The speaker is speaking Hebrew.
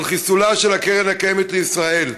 על חיסולה של הקרן הקיימת לישראל.